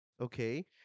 Okay